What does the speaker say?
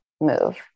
move